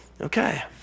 Okay